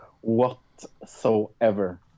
whatsoever